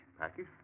Package